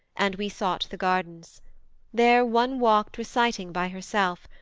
and we sought the gardens there one walked reciting by herself,